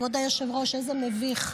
כבוד היושב-ראש, איזה מביך.